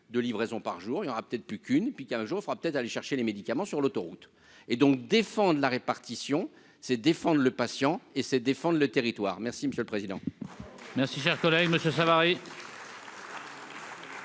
de livraisons par jour il y aura peut-être plus qu'une, puis qu'un jour il fera peut-être aller chercher les médicaments sur l'autoroute et donc défendent la répartition c'est défendent le patient et ses défendent le territoire merci monsieur le président. Merci, cher collègue Monsieur Savary.